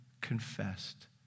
confessed